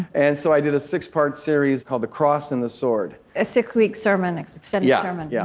and so i did a six-part series called the cross and the sword. a six-week sermon, extended yeah sermon? yeah.